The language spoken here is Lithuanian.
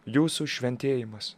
jūsų šventėjimas